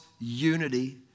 unity